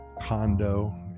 condo